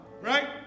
Right